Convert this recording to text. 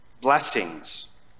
blessings